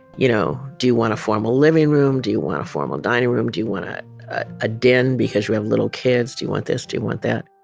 you know do you want a formal living room? do you want a formal dining room? do you want a den because you have little kids? do you want this? do you want that?